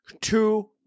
Two